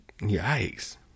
Yikes